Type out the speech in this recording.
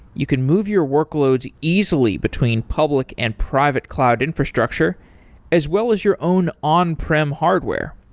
you can move your workloads easily between public and private cloud infrastructure as well as your own on-prim hardware.